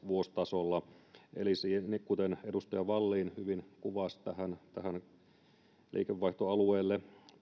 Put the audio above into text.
vuositasolla eli kuten edustaja vallin hyvin kuvasi tälle liikevaihtoalueelle